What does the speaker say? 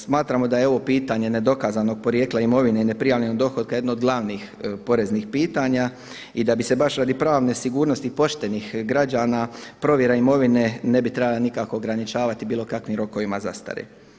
Smatramo da je ovo pitanje nedokazanog porijekla imovine i neprijavljenog dohotka jedno od glavnih poreznih pitanja i da bi se baš radi pravne sigurnosti poštenih građana provjera imovine ne bi trebala nikako ograničavati bilo kakvim rokovima zastare.